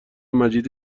مجید